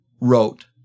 wrote